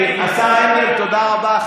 השר הנדל, תודה רבה.